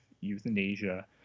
euthanasia